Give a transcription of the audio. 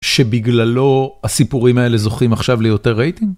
שבגללו הסיפורים האלה זוכים עכשיו ליותר רייטינג?